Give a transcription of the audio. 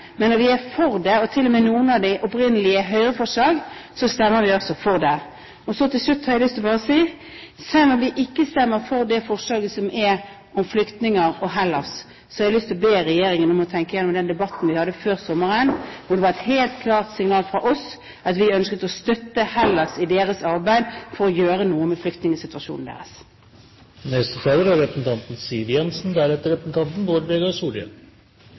Men når vi er for dem – og noen av dem er til og med opprinnelig Høyre-forslag – stemmer vi altså for dem. Så til slutt har jeg lyst til å si at selv om vi ikke stemmer for det forslaget om flyktninger og Hellas, har jeg lyst til å be regjeringen om å tenke gjennom den debatten vi hadde før sommeren, der det var et helt klart signal fra oss at vi ønsket å støtte Hellas i deres arbeid for å gjøre noe med flyktningsituasjonen